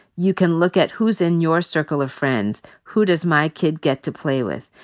you can look at who's in your circle of friends, who does my kid get to play with?